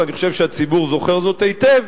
ואני חושב שהציבור זוכר זאת היטב,